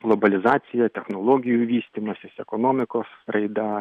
globalizacija technologijų vystymasis ekonomikos raida